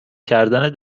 کردن